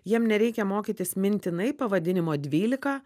jiem nereikia mokytis mintinai pavadinimo dvylika